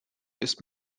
ist